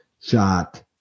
shot